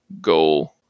go